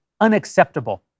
unacceptable